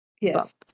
Yes